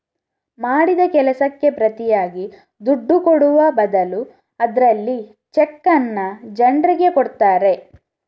ಮಾಡಿದ ಕೆಲಸಕ್ಕೆ ಪ್ರತಿಯಾಗಿ ದುಡ್ಡು ಕೊಡುವ ಬದಲು ಇದ್ರಲ್ಲಿ ಚೆಕ್ಕನ್ನ ಜನ್ರಿಗೆ ಕೊಡ್ತಾರೆ